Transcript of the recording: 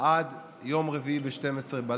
עד יום רביעי ב-24:00,